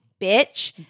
bitch